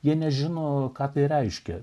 jie nežino ką tai reiškia